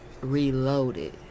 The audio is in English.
Reloaded